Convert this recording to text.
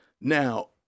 Now